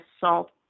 salt